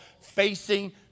Facing